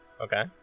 Okay